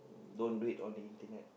don't do it on the internet